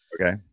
Okay